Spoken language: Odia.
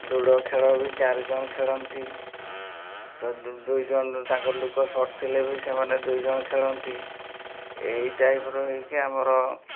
ଲୁଡ଼ୋ ଖେଳ ବି ଚାରିଜଣ ଖେଳନ୍ତି ତ ଦୁଇ ଜଣ ତାଙ୍କ ଲୁକ ସଟ୍ ଥିଲେ ବି ସେମାନେ ଦୁଇଜଣ ଖେଳନ୍ତି ଏଇ ଟାଇପ୍ର ହେଇକି ଆମର